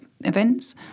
events